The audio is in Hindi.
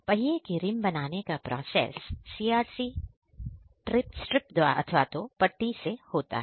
पहिए के रिंम बनाने का प्रोसेस CRC ट्रिप अथवा तो पट्टी से होता है